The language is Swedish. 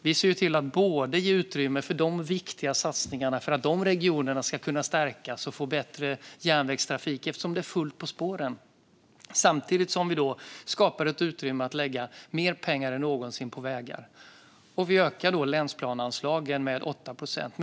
Vi ser till att ge utrymme för de viktiga satsningarna för att de regionerna ska kunna stärkas och få bättre järnvägstrafik, eftersom det är fullt på spåren. Samtidigt skapar vi ett utrymme för att lägga mer pengar än någonsin på vägar. Vi ökar då länsplaneanslagen med 8 procent.